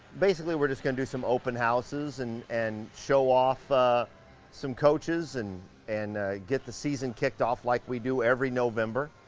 basically, we're just gonna do some open houses and and show off ah some coaches and and get the season kicked off like we do every november,